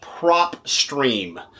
PropStream